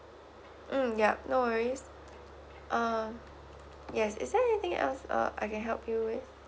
mm yup no worries yes is there anything else uh I can help you with